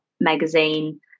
magazine